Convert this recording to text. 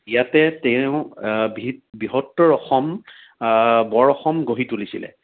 ইয়াতে তেওঁ বৃহত্তৰ অসম বৰ অসম গঢ়ি তুলিছিলে